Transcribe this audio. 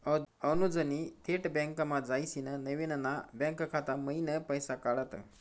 अनुजनी थेट बँकमा जायसीन नवीन ना बँक खाता मयीन पैसा काढात